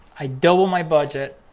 i double my budget.